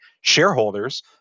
shareholders